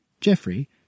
Jeffrey